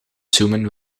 zoomen